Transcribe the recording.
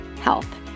health